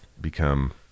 become